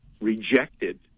rejected